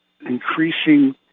increasing